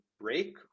break